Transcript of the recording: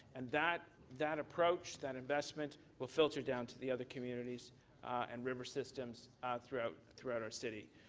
and that that approach, that investment will filter down to the other communities and river systems throughout throughout our city.